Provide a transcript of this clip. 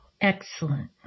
excellent